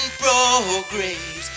progress